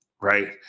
right